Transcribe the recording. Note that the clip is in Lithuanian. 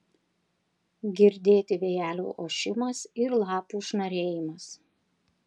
girdėti vėjelio ošimas ir lapų šnarėjimas